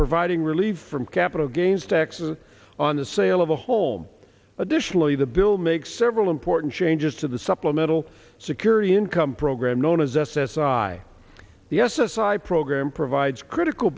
providing relief from capital gains taxes on the sale of a home additionally the bill makes several important changes to the supplemental security income program known as s s i the s s i program provides critical